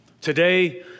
Today